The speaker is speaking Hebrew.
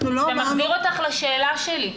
אנחנו לא אמרנו --- זה מחזיר אותך לשאלה שלי,